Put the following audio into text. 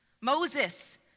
moses